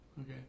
Okay